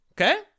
Okay